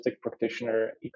practitioner